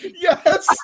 Yes